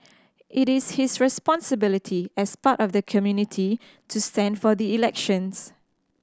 it is his responsibility as part of the community to stand for the elections